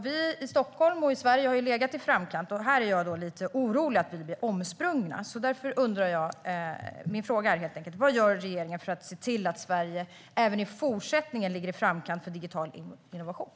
Vi i Stockholm och Sverige har legat i framkant, och jag är lite orolig att vi blir omsprungna. Därför är min fråga: Vad gör regeringen för att se till att Sverige även i fortsättningen ligger i framkant när det gäller digital innovation?